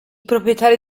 proprietari